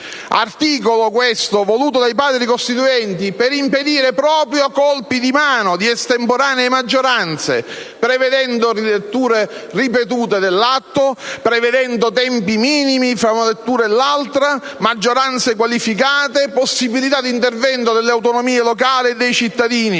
Articolo, questo, voluto dai Padri costituenti per impedire proprio colpi di mano di estemporanee maggioranze, prevedendo riletture ripetute dell'atto, tempi minimi tra una lettura e l'altra, maggioranze qualificate, possibilità di intervento delle autonomie locali e dei cittadini.